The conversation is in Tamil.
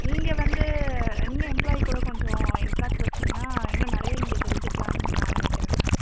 நீங்கள் வந்து நீங்கள் எம்ப்ளாயி கூட கொஞ்சம் இன்ட்ராக்ட் வெச்சீங்கன்னா இன்னும் நிறையா நீங்கள் தெரிஞ்சுக்கலான்னு நான் நெனைக்கிறேன் மேம்